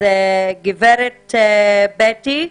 גברת בטי,